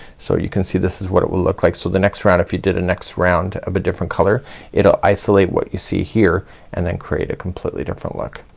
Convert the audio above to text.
so you can see this is what it would look like. so the next round if you did a next round of a different color it'll isolate what you see here and then create a completely different look.